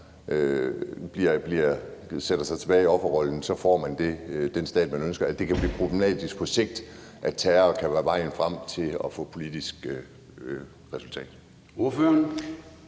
sætter sig tilbage i offerrollen, så får den stat, man ønsker, og at det kan blive problematisk på sigt, at terror kan være vejen frem til at få et politisk resultat?